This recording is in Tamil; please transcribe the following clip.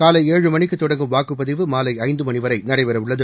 காலை ஏழு மணிக்கு தொடங்கும் வாக்குப்பதிவு மாலை ஐந்து மணி வரை நடைபெறவுள்ளது